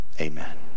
amen